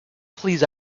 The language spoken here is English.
please